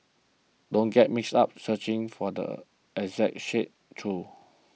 don't get mixed up searching for the exact shade though